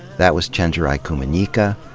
that was chenjerai kumanyika,